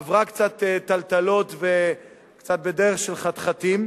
עברה קצת טלטלות וקצת דרך חתחתים.